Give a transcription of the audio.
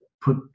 put